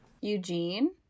Eugene